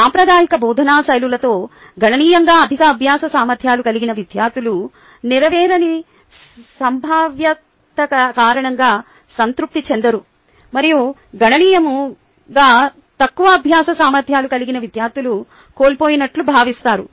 సాంప్రదాయిక బోధనా శైలులతో గణనీయంగా అధిక అభ్యాస సామర్ధ్యాలు కలిగిన విద్యార్థులు నెరవేరని సంభావ్యత కారణంగా సంతృప్తి చెందరు మరియు గణనీయంగా తక్కువ అభ్యాస సామర్థ్యాలు కలిగిన విద్యార్థులు కోల్పోయినట్లు భావిస్తారు